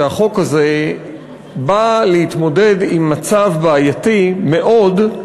שהחוק הזה בא להתמודד עם מצב בעייתי מאוד,